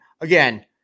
again